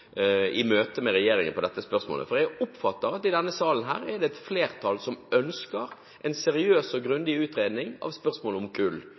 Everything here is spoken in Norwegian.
i møte med regjeringen i dette spørsmålet – at det, slik jeg oppfatter det, i denne salen er et flertall som ønsker en seriøs og grundig utredning av spørsmålet om kull.